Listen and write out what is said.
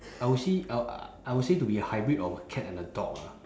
I would see I I would say to be a hybrid of a cat and a dog lah